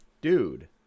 Dude